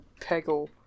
Peggle